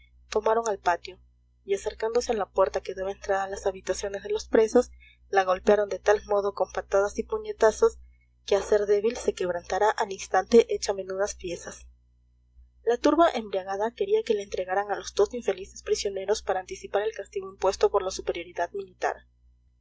tomaron al patio y acercándose a la puerta que daba entrada a las habitaciones de los presos la golpearon de tal modo con patadas y puñetazos que a ser débil se quebrantara al instante hecha menudas piezas la turba embriagada quería que le entregaran a los dos infelices prisioneros para anticipar el castigo impuesto por la superioridad militar